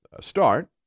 start